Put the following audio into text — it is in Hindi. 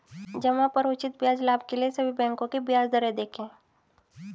जमा पर उचित ब्याज लाभ के लिए सभी बैंकों की ब्याज दरें देखें